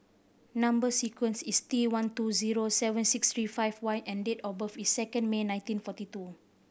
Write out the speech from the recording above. number sequence is T one two zero seven six three five Y and date of birth is second May nineteen forty two